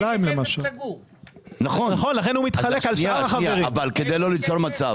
-- למשל עפולה תגדל מ-60% ל-75% אם הגידור לא יפעל.